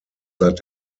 seit